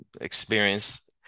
experience